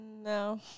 No